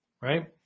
right